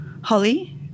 Holly